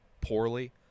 poorly